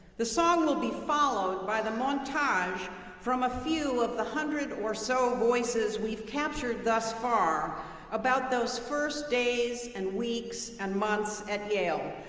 the song will be followed by the montage from a few of the one hundred or so voices we've captured thus far about those first days and weeks and months at yale,